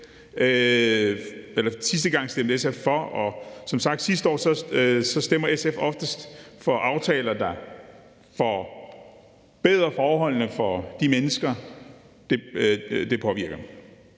stemte sidste gang for det, og som sagt stemmer SF som oftest for aftaler, der forbedrer forholdene for de mennesker, det påvirker.